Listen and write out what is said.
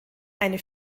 eine